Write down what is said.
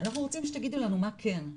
אנחנו רוצים שתגידו לנו מה כן,